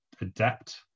adapt